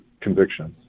convictions